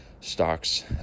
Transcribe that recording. stocks